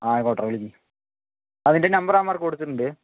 ആ ക്വാർട്ടർ മേടിക്ക് ആ നിൻ്റ നമ്പർ അവന്മാർക്ക് കൊടുത്തിട്ടുണ്ട്